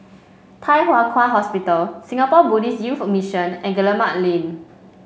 Thye Hua Kwan Hospital Singapore Buddhist Youth Mission and Guillemard Lane